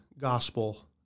gospel